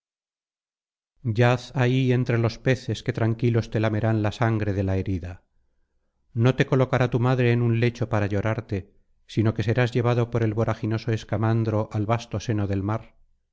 yaz ahí entre los peces que tranquilos te lamerán la sangre de la herida no te colocará tu madre en un lecho para llorarte sino que serás llevado por el voraginoso escamandro al vasto seno del mar